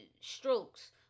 strokes